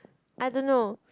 I don't know